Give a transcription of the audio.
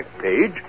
page